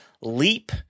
Leap